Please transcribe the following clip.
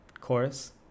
chorus